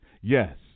Yes